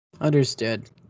Understood